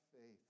faith